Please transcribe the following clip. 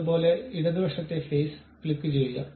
അതുപോലെ ഇടതുവശത്തെ ഫേസ് ക്ലിക്കുചെയ്യുക